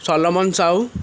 Salman Sahu